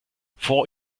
vor